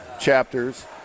chapters